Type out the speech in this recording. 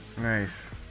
Nice